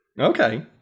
Okay